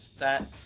stats